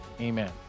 Amen